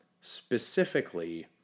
specifically